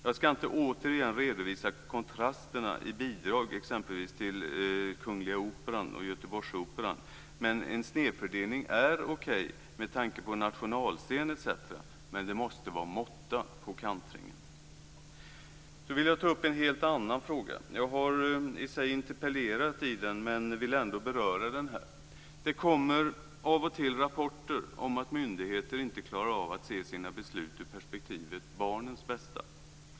Jag ska inte återigen redovisa kontrasterna i bidrag exempelvis till Kungliga operan och Göteborgsoperan. Men en snedfördelning är okej med tanke på nationalscen etc., men det måste vara måtta på kantringen. Så vill jag ta upp en helt annan fråga. Jag har i och för sig interpellerat i frågan, men jag vill ändå beröra den här. Det kommer av och till rapporter om att myndigheter inte klarar av att se sina beslut ur perspektivet barnens bästa.